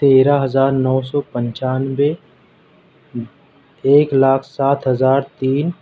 تیرہ ہزار نو سو پچانوے ایک لاکھ سات ہزار تین